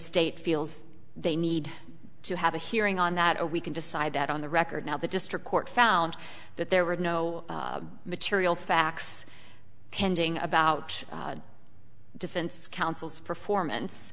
state feels they need to have a hearing on that or we can decide that on the record now the district court found that there were no material facts pending about defense counsel's performance